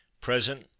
Present